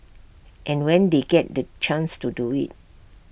and when they get the chance to do IT